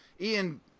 Ian